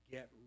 Get